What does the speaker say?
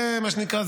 זה מה שנקרא,